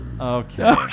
Okay